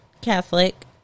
Catholic